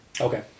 Okay